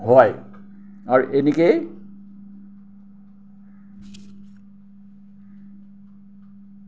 হয় আৰু এনেকেই